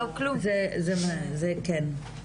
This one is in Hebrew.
זה כן.